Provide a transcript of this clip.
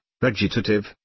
vegetative